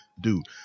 dude